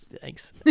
Thanks